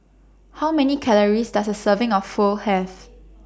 How Many Calories Does A Serving of Pho Have